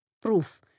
proof